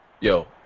Yo